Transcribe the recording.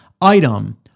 item